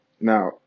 Now